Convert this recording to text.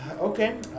Okay